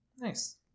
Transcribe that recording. nice